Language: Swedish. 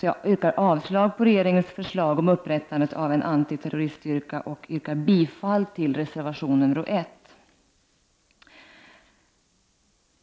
Jag yrkar avslag på regeringens förslag om upprättande av en antiterroriststyrka och bifall till reservation nr 1.